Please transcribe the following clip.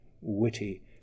witty